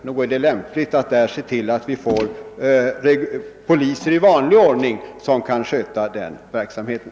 Nog är det bättre att se till att vi i vanlig ordning får poliser som kan sköta den verksamheten.